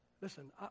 Listen